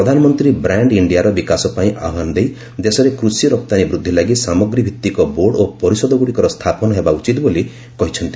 ପ୍ରଧାନମନ୍ତ୍ରୀ ବ୍ରାଣ୍ଡ୍ ଇଣ୍ଡିଆର ବିକାଶ ପାଇଁ ଆହ୍ୱାନ ଦେଇ ଦେଶରେ କୃଷି ରପ୍ତାନୀ ବୃଦ୍ଧି ଲାଗି ସାମଗ୍ରୀଭିତ୍ତିକ ବୋର୍ଡ଼ ଓ ପରିଷଦଗୁଡ଼ିକର ସ୍ଥାପନ ହେବା ଉଚିତ ବୋଲି କହିଛନ୍ତି